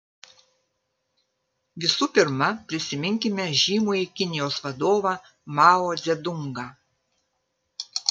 visų pirma prisiminkime žymųjį kinijos vadovą mao dzedungą